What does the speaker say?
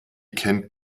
kennt